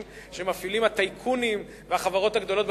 שמפעילים הטייקונים והחברות הגדולות במשק.